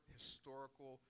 historical